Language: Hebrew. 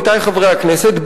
עמיתי חברי הכנסת,